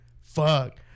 Fuck